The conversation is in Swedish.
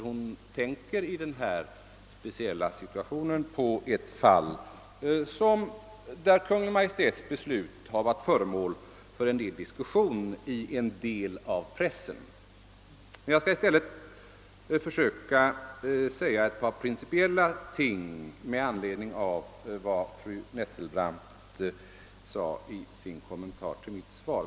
Hon tänker ju på ett speciellt fall där Kungl. Maj:ts beslut varit föremål för viss diskussion i en del av pressen. Jag skall i stället försöka göra ett par principiella påpekanden med anledning av fru Nettelbrandts kommentar till mitt svar.